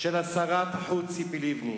של שרת החוץ ציפי לבני